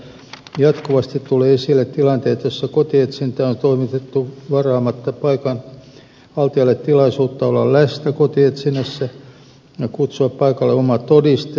jatkuvasti tulee esiin tilanteita joissa kotietsintä on toimitettu varaamatta paikan haltijalle tilaisuutta olla läsnä kotietsinnässä ja kutsua paikalle oma todistaja